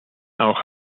auch